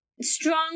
strong